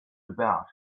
about